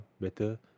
better